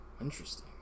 interesting